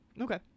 Okay